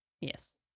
Yes